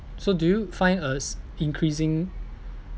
so do find a s~ increasing